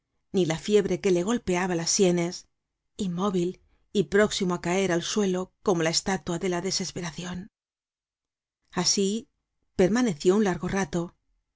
ni la fiebre que le golpeaba las sienes inmóvil y próximo á caer al suelo como la estatua de la desesperacion asi permaneció un largo rato